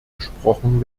gesprochen